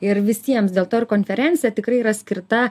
ir visiems dėl to ir konferencija tikrai yra skirta